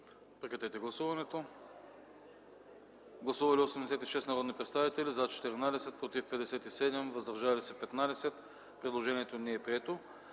Режим на гласуване. Гласували 84 народни представители: за 12, против 34, въздържали се 38. Предложението не е прието.